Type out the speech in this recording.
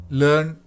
learn